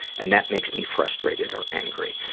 and that makes me frustrated or angry.